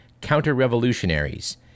counter-revolutionaries